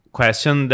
question